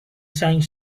saint